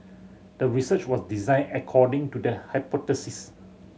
the research was designed according to the hypothesis